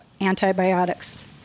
antibiotics